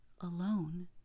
alone